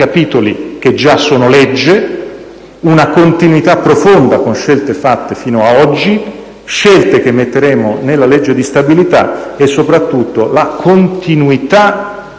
capitoli che già sono legge; una continuità profonda con scelte fatte fino ad oggi; scelte che metteremo nella legge di stabilità; soprattutto, la continuità